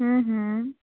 हूँ हूँ